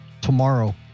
tomorrow